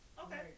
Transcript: Okay